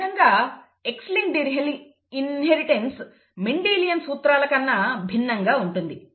ఈ విధంగా X linked inheritance Mendelian సూత్రాల కన్నా భిన్నంగా ఉంటుంది